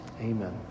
Amen